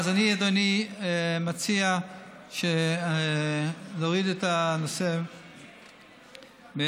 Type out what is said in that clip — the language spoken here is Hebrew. אז אדוני, אני מציע להוריד את הנושא מסדר-היום.